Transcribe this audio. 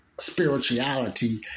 spirituality